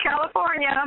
California